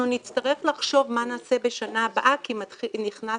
אנחנו נצטרך לחשוב מה נעשה בשנה הבאה כי נכנסת